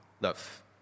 love